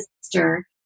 sister